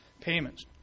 payments